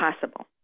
possible